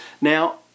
Now